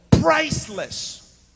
Priceless